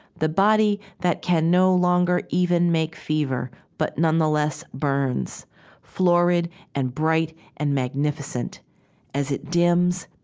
the body that can no longer even make fever but nonetheless burns florid and bright and magnificent as it dims,